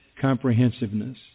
comprehensiveness